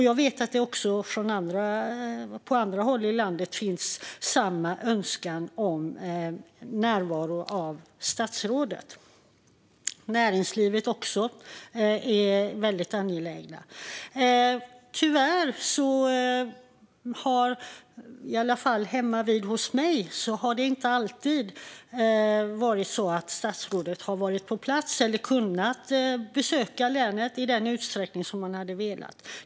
Jag vet att samma önskan om närvaro av statsrådet finns även på andra håll i landet. Näringslivet är också väldigt angeläget. Tyvärr har det, i alla fall hemmavid hos mig, inte alltid varit så att statsrådet kunnat besöka länet i den utsträckning man velat.